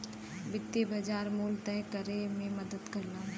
वित्तीय बाज़ार मूल्य तय करे में मदद करला